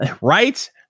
Right